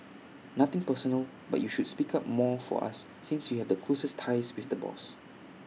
nothing personal but you should speak up more for us since you have the closest ties with the boss